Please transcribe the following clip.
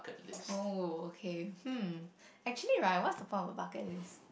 oh okay hmm actually right what's the problem about bucket list